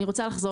אני רוצה לחזור